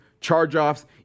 charge-offs